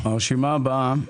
הרשימה הבאה.